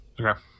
Okay